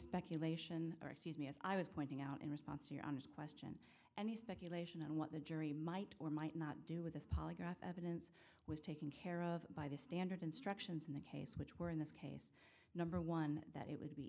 speculation or excuse me as i was pointing out in response to your honor's question any speculation on what the jury might or might not do with this polygraph evidence taken care of by the standard instructions in the case which were in this case number one that it would be